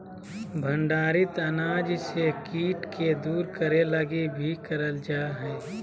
भंडारित अनाज से कीट के दूर करे लगी भी करल जा हइ